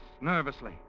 nervously